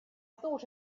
thought